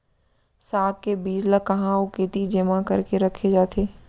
साग के बीज ला कहाँ अऊ केती जेमा करके रखे जाथे?